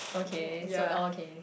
okay so oh okay